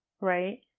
right